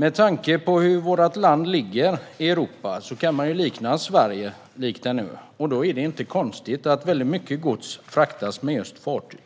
Med tanke på hur Sverige ligger i Europa kan man likna vårt land vid en ö. Då är det inte konstigt att mycket gods fraktas hit med just fartyg.